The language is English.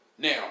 Now